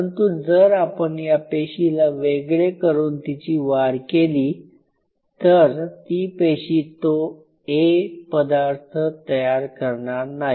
परंतु जर आपण या पेशीला वेगळे करून तिची वाढ केली तर ती पेशी तो "A" पदार्थ तयार करणार नाही